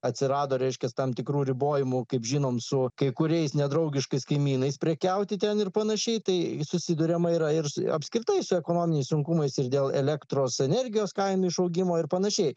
atsirado reiškias tam tikrų ribojimų kaip žinom su kai kuriais nedraugiškais kaimynais prekiauti ten ir panašiai tai susiduriama yra ir apskritai su ekonominiais sunkumais ir dėl elektros energijos kainų išaugimo ir panašiai